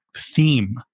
theme